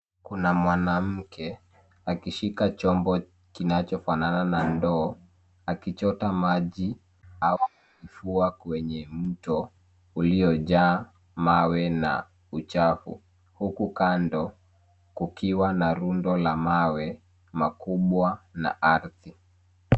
Kuna mwanamke akishika chombo kinachofanana na ndoo, akichota maji au kufua kwenye mto uliojaa mawe na uchafu, huku kando kukiwa na rundo la mawe makubwa na ardhi.